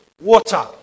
water